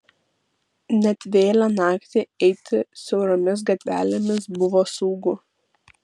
net vėlią naktį eiti siauromis gatvelėmis buvo saugu